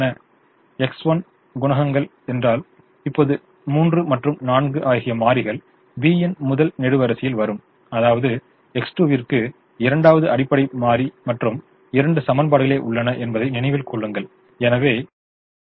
X1 மற்றும் X1 ஆகியவை அடிப்படை மாறிகள் என்றால் X1 3 மற்றும் 4 இன் குணகங்கள் என்றால் இப்போது 3 மற்றும் 4 ஆகிய மாறிகள் B இன் முதல் நெடுவரிசையில் வரும் அதாவது X2 விற்கு இரண்டாவது அடிப்படை மாறி மற்றும் இரண்டு சமன்பாடுகள் உள்ளன என்பதை நினைவில் கொள்ளுங்கள் எனவே நம்மால் இரண்டு அடிப்படை மாறிகளுக்கு தீர்வை கணக்கிட முடியும்